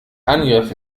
angriff